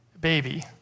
baby